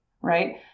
Right